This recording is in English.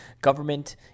government